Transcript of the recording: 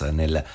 nel